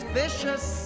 vicious